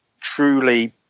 truly